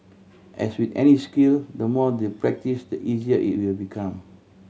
as with any skill the more they practise the easier it will become